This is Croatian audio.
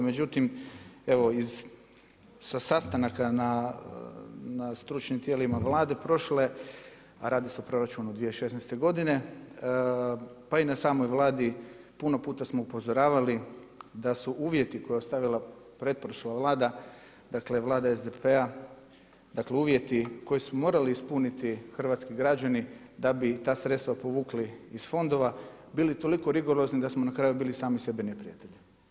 Međutim, evo sa sastanaka na stručnim tijelima vlade prošle, a radi se o proračunu 2016. godine pa i na samoj Vladi puno puta smo upozoravali da su uvjeti koje je ostavila pretprošla vlada dakle vlada SDP-a dakle uvjeti koje su morali ispuniti hrvatski građani da bi ta sredstva povukli iz fondova bili toliko rigorozni da smo na kraju bili sami sebi neprijatelji.